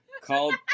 called